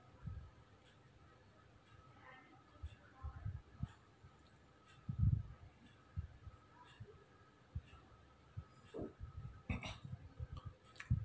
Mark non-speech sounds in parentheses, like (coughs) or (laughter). (coughs) (noise)